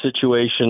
situation